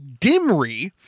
Dimri